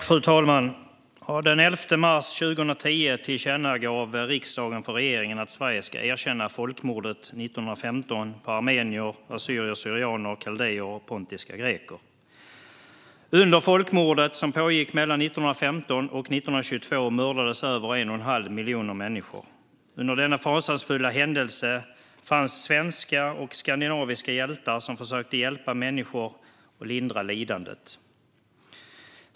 Fru talman! Den 11 mars 2010 tillkännagav riksdagen för regeringen att Sverige ska erkänna folkmordet 1915 på armenier, assyrier kaldéer och pontiska greker. Under folkmordet, som pågick mellan 1915 och 1922, mördades över 1,5 miljoner människor. Under denna fasansfulla händelse fanns svenska och skandinaviska hjältar som försökte hjälpa människor och lindra lidandet.